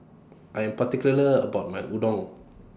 I'm particular about My Udon